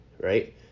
right